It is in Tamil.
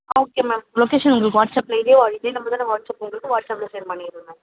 ஆ ஓகே மேம் லொகேஷன் உங்களுக்கு வாட்ஸ் அப்லையே ஆர் இதே நம்பர் தானே வாட்ஸ்அப் உங்களுக்கு வாட்ஸ் அப்ல செண்ட் பண்ணிடுறேன் மேம்